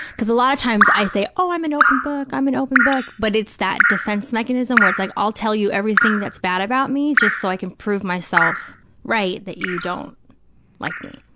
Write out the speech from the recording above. because a lot of times i say, oh, i'm an open book, i'm an open book, but it's that defense mechanism where it's like, i'll tell you everything that's bad about me just so i can prove myself right that you don't like me.